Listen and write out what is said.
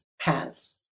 paths